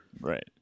right